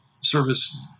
service